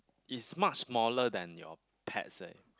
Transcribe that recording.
is much smaller than your pets eh